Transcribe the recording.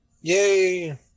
Yay